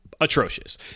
Atrocious